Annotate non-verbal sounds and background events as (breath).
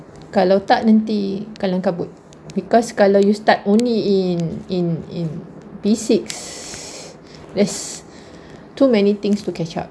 kalau tak nanti kelam kabut because kalau you start only in in in P six (breath) there's (breath) too many things to catch up